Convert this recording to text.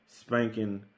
spanking